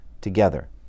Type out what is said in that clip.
together